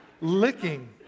Licking